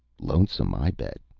lonesome, i bet.